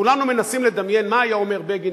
כולנו מנסים לדמיין מה היה אומר בגין